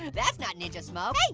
that's not ninja smoke.